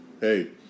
Hey